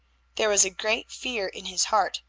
there was a great fear in his heart,